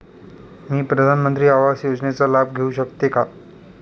मी प्रधानमंत्री आवास योजनेचा लाभ घेऊ शकते का?